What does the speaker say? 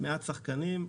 מעט שחקנים.